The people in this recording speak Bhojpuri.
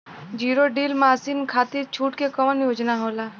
जीरो डील मासिन खाती छूट के कवन योजना होला?